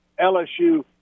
LSU